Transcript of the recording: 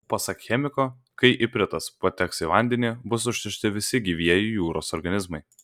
pasak chemiko kai ipritas pateks į vandenį bus užteršti visi gyvieji jūros organizmai